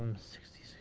sixty